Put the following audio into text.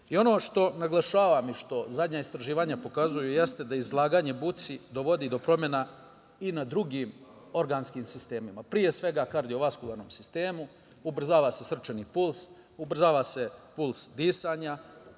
što naglašavam i što zadnja istraživanja pokazuju jeste da izlaganje buci dovodi do promena i na drugim organskim sistemima, pre svega kardiovaskularnom sistemu, ubrzava se srčani puls, ubrzava se puls disanja,